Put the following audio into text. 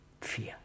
fear